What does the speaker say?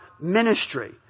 ministry